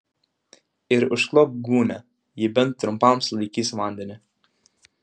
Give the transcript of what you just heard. ir užklok gūnia ji bent trumpam sulaikys vandenį